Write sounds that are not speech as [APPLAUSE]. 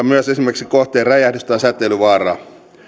[UNINTELLIGIBLE] myös esimerkiksi kohteen räjähdys tai säteilyvaaraa